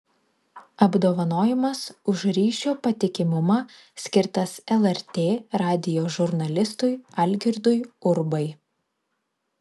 apdovanojimas už ryšio patikimumą skirtas lrt radijo žurnalistui algirdui urbai